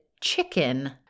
chicken